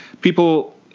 people